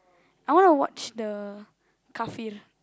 I wanna watch the Garfield